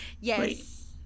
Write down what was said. Yes